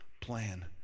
plan